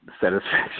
satisfaction